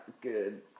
good